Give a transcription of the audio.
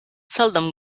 seldom